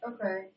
Okay